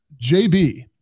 jb